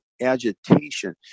agitation